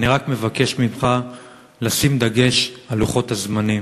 אני רק מבקש ממך לשים דגש על לוחות הזמנים.